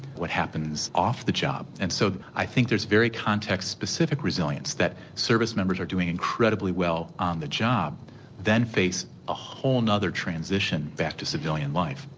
what happens off the job? and so i think there's very context-specific resilience that service members are doing incredibly well on the job then face a whole and other transition back to civilian life.